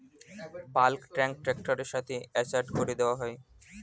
bulk tank ট্র্যাক্টরের সাথে attach করে দেওয়া হয়